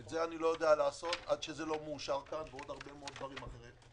את זה אני לא יודע לעשות עד שזה לא מאושר כאן ועוד הרבה דברים אחרים.